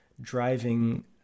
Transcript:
driving